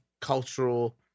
cultural